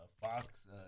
Fox